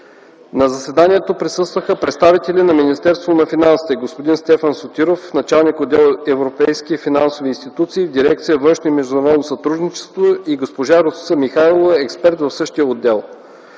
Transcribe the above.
На заседанието присъстваха представители на Министерството на финансите – господин Стефан Сотиров, началник на отдел „Европейски финансови институции” в дирекция „Външно и международно сътрудничество”, и госпожа Росица Михайлова, експерт в същия отдел.